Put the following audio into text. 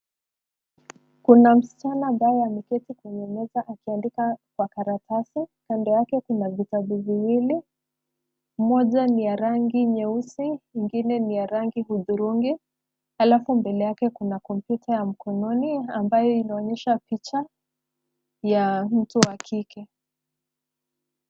Kuna msichana ambaye ameketi kwenye meza akiandika kwa karatasi, kando yake kuna vitabu viwili. Moja ni ya rangi nyeusi ingine ni ya rangi hudhurungi. Halafu mbele yake kuna kompyuta ya mkononi ambayo inaonyesha picha ya mtu wa kike.